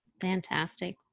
Fantastic